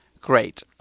Great